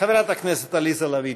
חברת הכנסת עליזה לביא,